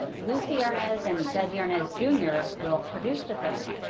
lucie arnaz and desi arnaz jr, will produce the film.